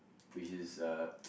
which is uh